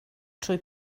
trwy